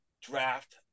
draft